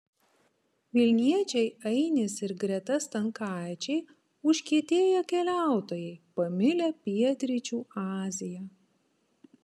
vilniečiai ainis ir greta stankaičiai užkietėję keliautojai pamilę pietryčių aziją